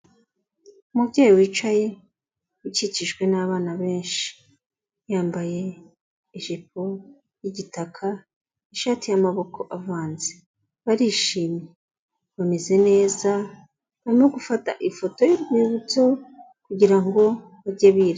Umubyeyi wicaye ukikijwe n'abana benshi yambaye ijipo y'igitaka n'ishati y'amaboko avanze, barishimye, bameze neza barimo gufata ifoto y'urwibutso kugirango bajye bibuka.